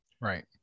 Right